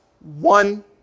one